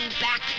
back